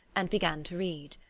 and began to read.